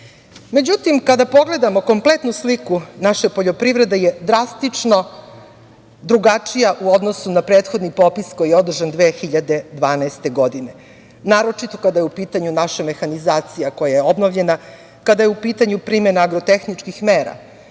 kada pogledamo kompletnu sliku naša poljoprivreda je drastično drugačija u odnosu na prethodni popis koji je održan 2012. godine, naročito kada je u pitanju naša mehanizacija koja je obnovljena, kada je u pitanju primena agro-tehničkih mera,